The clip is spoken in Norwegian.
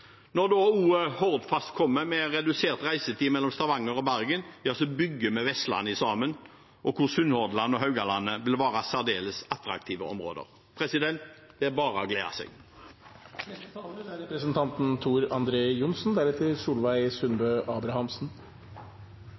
Hordfast kommer med redusert reisetid mellom Stavanger og Bergen, bygger vi Vestlandet sammen, og Sunnhordland og Haugalandet vil være særdeles attraktive områder. Det er bare å glede seg.